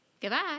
Goodbye